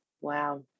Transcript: Wow